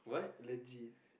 legit